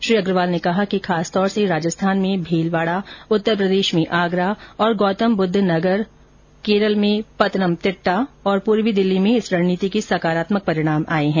श्री अग्रवाल ने कहा कि खासतौर से राजस्थान में भीलवाड़ा उत्तरप्रदेश में आगरा और गौतमबद्व नगर केरल में पतनमतिट्टा और पूर्वी दिल्ली में इस रणनीति के सकारात्मक परिणाम आए हैं